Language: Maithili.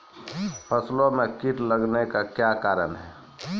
फसलो मे कीट लगने का क्या कारण है?